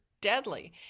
deadly